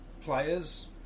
players